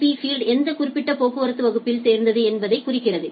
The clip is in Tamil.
பி ஃபீல்டு எந்த குறிப்பிட்ட போக்குவரத்து வகுப்பில் சேர்ந்தது என்பதைக் குறிக்கிறது